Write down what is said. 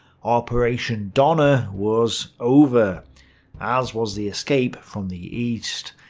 operation donner was over as was the escape from the east.